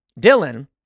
Dylan